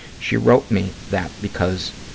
she wrote me that because,